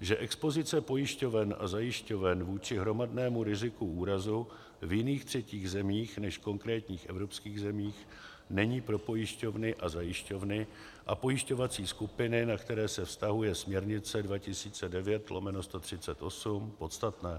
že expozice pojišťoven a zajišťoven vůči hromadnému riziku úrazů v jiných třetích zemích než v konkrétních evropských zemích není pro pojišťovny a zajišťovny a pojišťovací skupiny, na které se vztahuje směrnice 2009/138, podstatné.